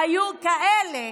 והיו כאלה